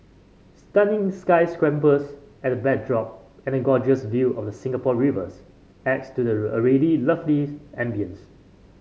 stunning sky scrapers at the backdrop and a gorgeous view of the Singapore Rivers adds to the already lovely ambience